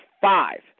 five